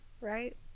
right